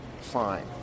fine